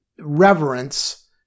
reverence